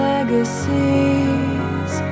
Legacies